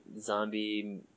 zombie